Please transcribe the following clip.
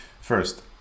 First